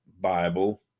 Bible